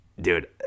Dude